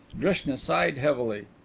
drishna sighed heavily.